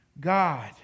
God